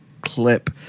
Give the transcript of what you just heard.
clip